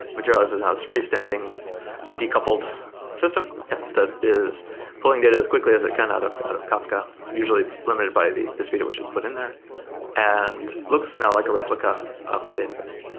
materialize and has a freestanding decoupled system that is pulling data as quickly as it can out of out of kafka usually limited by the the speed at which it's put in there and looks now like a replica of the database.